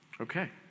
Okay